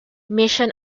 mission